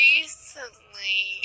Recently